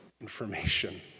information